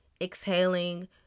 exhaling